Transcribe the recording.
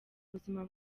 buzima